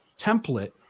template